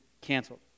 canceled